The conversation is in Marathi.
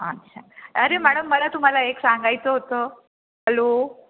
अच्छा अरे मॅडम मला तुम्हाला एक सांगायचं होतं हॅलो